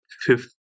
fifth